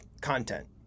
content